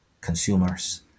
consumers